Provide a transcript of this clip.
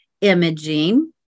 imaging